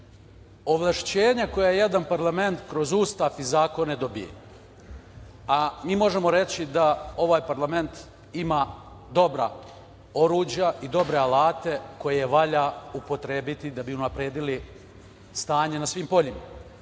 ovlašćenje koje jedan parlament kroz Ustav i zakone dobija, a mi možemo reći da ovaj parlament ima dobra oruđa i dobre alate koje valja upotrebiti da bi unapredili stanje na svim poljima. Ja